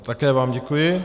Také vám děkuji.